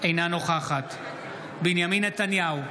אינה נוכחת בנימין נתניהו,